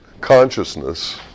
consciousness